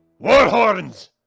Warhorns